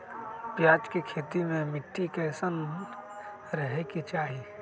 प्याज के खेती मे मिट्टी कैसन रहे के चाही?